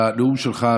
לנאום שלך,